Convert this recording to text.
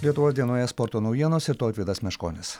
lietuvos dienoje sporto naujienos ir tautvydas meškonis